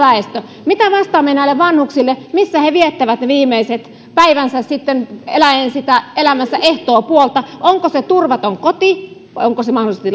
väestö mitä vastaamme näille vanhuksille missä he viettävät viimeiset päivänsä sitten eläen sitä elämänsä ehtoopuolta onko se turvaton koti vai onko se mahdollisesti